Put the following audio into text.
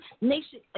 nation